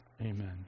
amen